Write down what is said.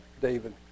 David